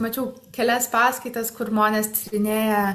mačiau kelias paskaitas kur žmonės tyrinėja